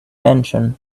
mentioned